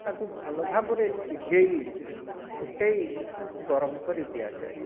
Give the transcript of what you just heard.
ତାକୁ ଭଲ ଭାବରେ ସିଜେଇ ଫୁଟେଇ ଗରମ କରି ଦିଆଯାଏ